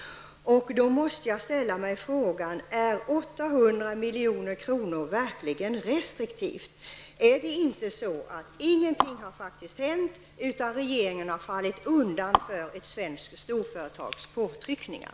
Man måste då fråga sig om 800 milj.kr. verkligen är restriktivt. Är det inte så att det faktiskt inte har hänt någonting utan att regeringen har fallit undan för ett svenskt storföretags påtryckningar?